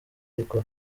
ariko